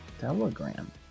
Telegram